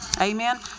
Amen